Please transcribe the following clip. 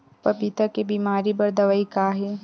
पपीता के बीमारी बर दवाई का हे?